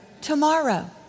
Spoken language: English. tomorrow